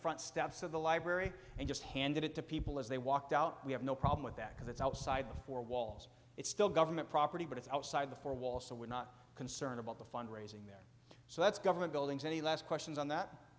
front steps of the library and just handed it to people as they walked out we have no problem with that because it's outside the four walls it's still government property but it's outside the four walls so we're not concerned about the fund raising there so that's government buildings and the last questions on that